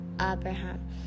Abraham